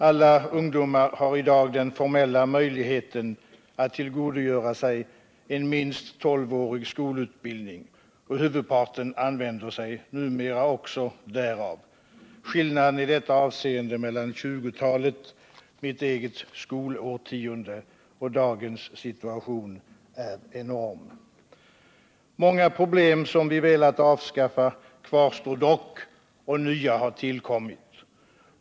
Alla ungdomar har i dag den formella möjligheten att tillgodogöra sig en minst tolvårig skolutbildning, och huvudparten använder sig numera också därav. Skillnaden i detta avseende mellan 1920-talet — mitt eget skolårtionde — och dagens situation är enorm. Många problem som vi velat avskaffa kvarstår dock, och nya har tillkommit.